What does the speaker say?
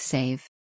Save